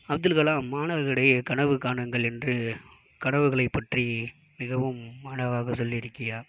அப்துல் கலாம் மாணவர்கள் இடையே கனவு காணுங்கள் என்று கனவுகளை பற்றி மிகவும் அழகாக சொல்லியிருக்கிறார்